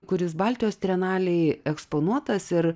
kuris baltijos trienalėj eksponuotas ir